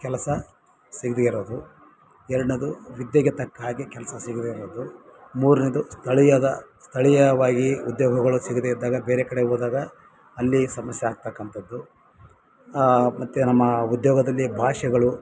ಕೆಲಸ ಸಿಗದೆ ಇರೋದು ಎರಡ್ನೆದು ವಿದ್ಯೆಗೆ ತಕ್ಕ ಹಾಗೆ ಕೆಲಸ ಸಿಗದೆ ಇರೋದು ಮೂರನೆದು ಸ್ಥಳೀಯದ ಸ್ಥಳೀಯವಾಗಿ ಉದ್ಯೋಗಗಳು ಸಿಗದೆ ಇದ್ದಾಗ ಬೇರೆ ಕಡೆ ಹೋದಾಗ ಅಲ್ಲಿ ಸಮಸ್ಯೆ ಆಗ್ತಕ್ಕಂಥದ್ದು ಮತ್ತು ನಮ್ಮ ಉದ್ಯೋಗದಲ್ಲಿ ಭಾಷೆಗಳು